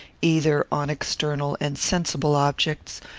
either on external and sensible objects,